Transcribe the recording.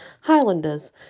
Highlanders